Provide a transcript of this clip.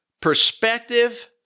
perspective